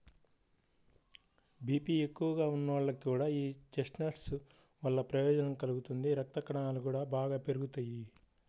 BP ఎక్కువగా ఉన్నోళ్లకి కూడా యీ చెస్ట్నట్స్ వల్ల ప్రయోజనం కలుగుతుంది, రక్తకణాలు గూడా బాగా పెరుగుతియ్యి